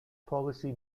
policy